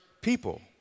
people